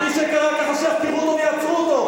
מי שקרא ככה שיחקרו אותו ויעצרו אותו,